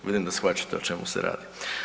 Vidim da shvaćate o čemu se radi.